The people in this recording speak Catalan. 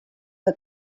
que